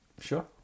Sure